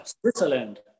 switzerland